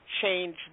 change